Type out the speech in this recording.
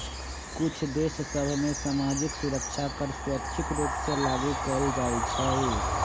कुछ देश सभ में सामाजिक सुरक्षा कर स्वैच्छिक रूप से लागू कएल जाइ छइ